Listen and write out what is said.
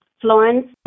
Florence